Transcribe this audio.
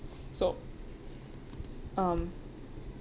so um